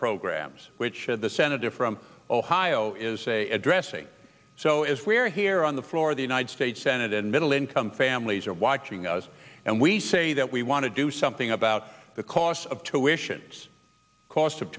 programs which the senator from ohio is a addressing so as we are here on the floor of the united states senate and middle income families are watching us and we say that we want to do something about the cost of